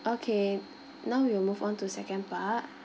okay now we will move on to second part